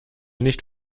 nicht